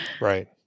Right